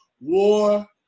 war